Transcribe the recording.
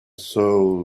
soul